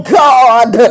god